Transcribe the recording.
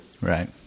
Right